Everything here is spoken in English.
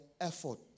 effort